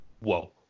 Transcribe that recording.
whoa